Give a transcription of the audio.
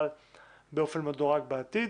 אבל באופן מדורג בעתיד.